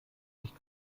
nicht